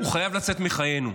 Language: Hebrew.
הוא חייב לצאת מחיינו.